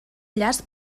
llast